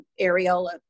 areola